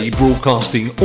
broadcasting